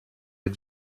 est